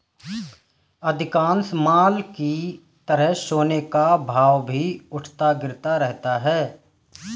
अधिकांश माल की तरह सोने का भाव भी उठता गिरता रहता है